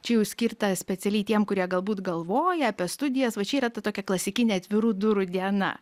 čia jau skirta specialiai tiem kurie galbūt galvoja apie studijas va čia yra ta tokia klasikinė atvirų durų diena